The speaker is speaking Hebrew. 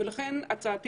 הצעתי